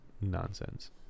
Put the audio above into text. nonsense